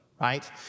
Right